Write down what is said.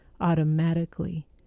automatically